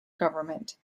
government